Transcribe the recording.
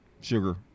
Sugar